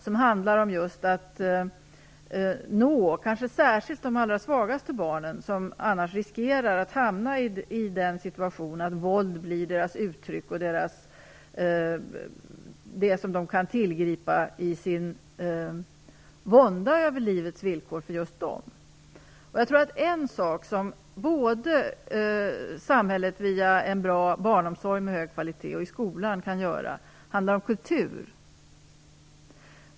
Det handlar om att nå särskilt de allra svagaste barnen som annars riskerar att hamna i den situationen att våld blir deras uttryck och det som de kan tillgripa i sin vånda över livets villkor. Det är en sak som samhället via en bra barnomsorg med hög kvalitet och via skolan kan göra, och det handlar om kultur.